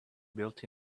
built